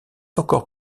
encore